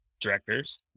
directors